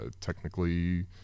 technically